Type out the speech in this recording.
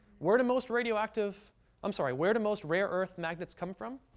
where do most radioactive i'm sorry, where do most rare-earth magnets come from?